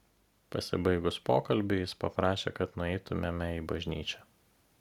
pasibaigus pokalbiui jis paprašė kad nueitumėme į bažnyčią